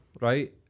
right